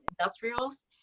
industrials